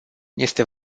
este